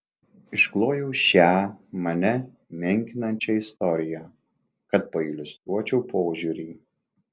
išklojau šią mane menkinančią istoriją kad pailiustruočiau požiūrį